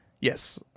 Yes